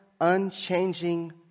unchanging